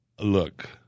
Look